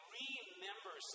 remember